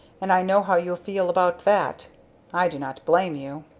and i know how you feel about that i do not blame you.